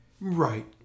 Right